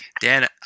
Dan